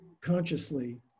consciously